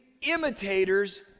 imitators